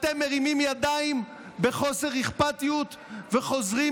אתם מרימים ידיים בחוסר אכפתיות וחוזרים